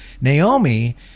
Naomi